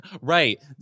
Right